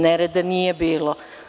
Nereda nije bilo.